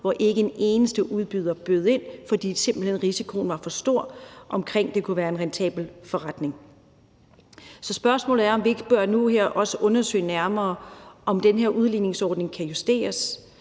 hvor ikke en eneste udbyder bød ind, fordi risikoen simpelt hen var for stor, med hensyn til om det kunne være en rentabel forretning. Så spørgsmålet er, om vi ikke også nu her bør undersøge nærmere, om den her udligningsordning kan justeres,